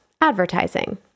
advertising